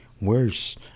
worse